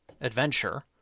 adventure